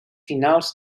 finals